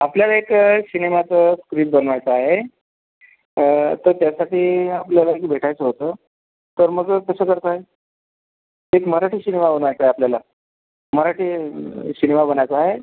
आपल्याला एक सिनेमाचं स्क्रिप्ट बनवायचं आहे तर त्यासाठी आपल्याला येऊन भेटायचं होतं तर मग कसं करत आहे एक मराठी सिनेमा बनवायचा आहे आपल्याला मराठी सिनेमा बनवायचा आहे